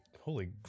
holy